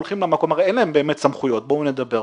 הרי אין להם באמת סמכויות, בואו נדבר.